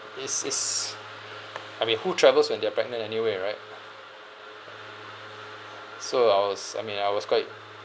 this is I mean who travels when they're pregnant anyway right so I was I mean I was quite